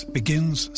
begins